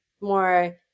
more